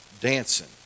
dancing